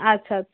আচ্ছা আচ্ছা